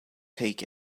take